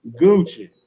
Gucci